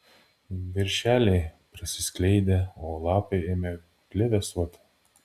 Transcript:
viršeliai prasiskleidė o lapai ėmė plevėsuoti